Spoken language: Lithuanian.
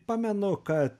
pamenu kad